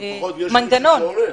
אבל לפחות יש מישהו שעונה.